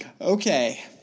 Okay